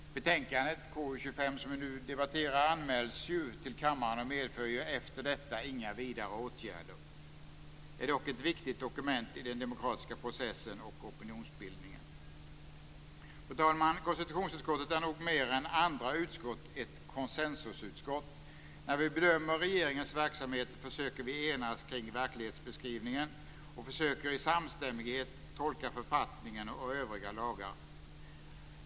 Betänkande KU25, som vi nu debatterar, anmäls till kammaren och medför ju efter detta inga vidare åtgärder. Det är dock ett viktigt dokument i den demokratiska processen och opinionsbildningen. Fru talman! Konstitutionsutskottet är nog mer än andra utskott ett konsensusutskott. När vi bedömer regeringens verksamhet försöker vi enas kring verklighetsbeskrivningen och försöker i samstämmighet tolka författningen och övriga lagar.